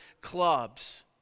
clubs